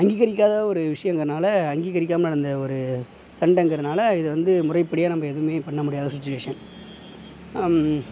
அங்கீகரிக்காத ஒரு விஷயங்குறதுனால அங்கீகரிக்காம நடந்த ஒரு சண்டங்கிறதுனால இதை வந்து முறைப்படியாக நம்ம எதுவுமே பண்ண முடியாத சுச்சிவேஷன்